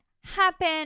happen